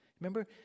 Remember